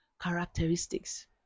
characteristics